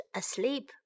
asleep